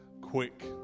quick